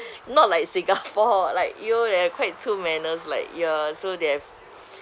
not like singapore like you know they are quite too manners like ya so they have